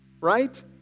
Right